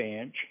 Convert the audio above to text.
inch